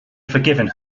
forgiven